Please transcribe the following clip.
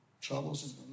Troubles